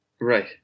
right